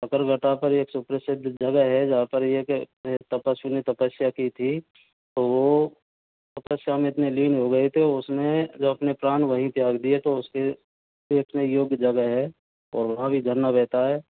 सकरगता पर एक सुप्रसिद्ध जगह है जहाँ पर ये एक तपस्वी ने तपस्या की थी तो वो तपस्या में इतने लीन हो गए थे उसने जब अपने प्राण वहीं त्याग दिए तो उसके एक न यो एक जगह है और वहाँ भी झरना बहता है